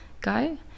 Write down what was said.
guy